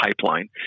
pipeline